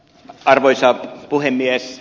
arvoisa puhemies